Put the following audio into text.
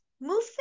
Move